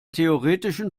theoretischen